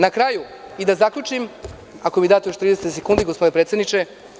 Na kraju bih da zaključim, ako mi date 30 sekundi, gospodine predsedniče.